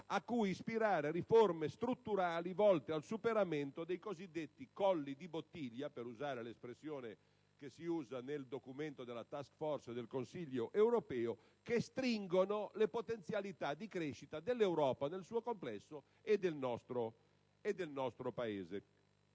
cui ispirare riforme strutturali volte al superamento dei cosiddetti colli di bottiglia, per usare l'espressione utilizzata nel documento della *task force* del Consiglio europeo, che restringono le potenzialità di crescita dell'Europa nel suo complesso e del nostro Paese.